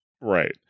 Right